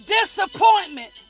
disappointment